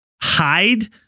hide